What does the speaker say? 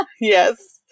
Yes